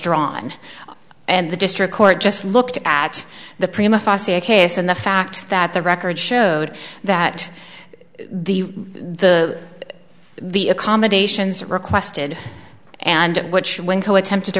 drawn and the district court just looked at the prima fascia case and the fact that the record showed that the the the accommodations requested and which when coa tempted to